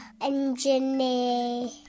engineer